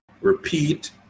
repeat